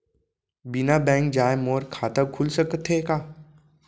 बिना बैंक जाए मोर खाता खुल सकथे का?